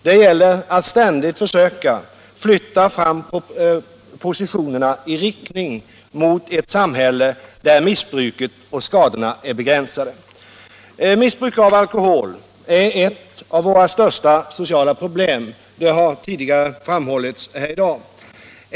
Det gäller att ständigt försöka flytta fram positionerna i riktning mot ett samhälle där missbruket och skadorna är begränsade. Missbruk av alkohol är ett av våra största sociala problem, det har tidigare framhållits här i dag.